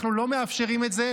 אנחנו לא מאפשרים את זה,